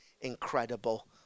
incredible